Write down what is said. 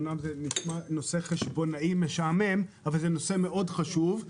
זה אמנם נושא חשבונאי משעמם אבל זה נושא מאוד חשוב.